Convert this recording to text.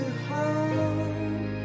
home